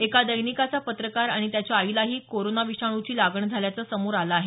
एका दैनिकाचा पत्रकार आणि त्याच्या आईलाही कोरोना विषाणूची लागण झाल्याचं समोर आलं आहे